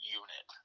unit